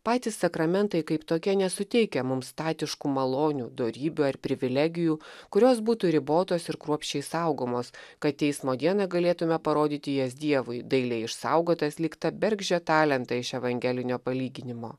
patys sakramentai kaip tokie nesuteikia mums statiškų malonių dorybių ar privilegijų kurios būtų ribotos ir kruopščiai saugomos kad teismo dieną galėtume parodyti jas dievui dailiai išsaugotas lyg tą bergždžią talentą iš evangelinio palyginimo